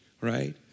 right